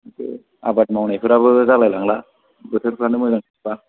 एसे आबाद मावनायफोराबो जालायलांला बोथोरफ्रानो मोजां जाया